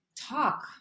talk